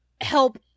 help